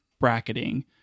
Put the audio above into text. bracketing